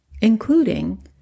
including